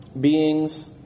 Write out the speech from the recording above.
Beings